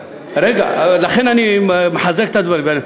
לכן אני מחזק את הדברים.